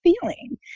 feeling